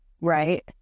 right